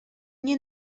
nie